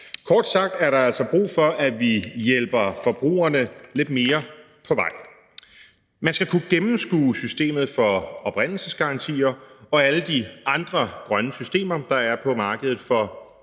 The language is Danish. Kort sagt er der altså brug for, at vi hjælper forbrugerne lidt mere på vej. Man skal kunne gennemskue systemet for oprindelsesgarantier og alle de andre grønne systemer, der er på markedet for klimaaflad,